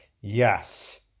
yes